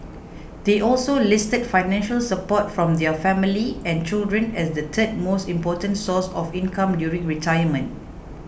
they also listed financial support from their family and children as the third most important source of income during retirement